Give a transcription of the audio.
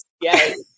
Yes